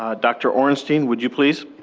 ah dr. orenstein, would you please?